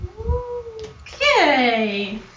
Okay